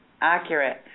accurate